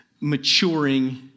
maturing